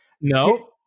No